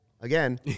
Again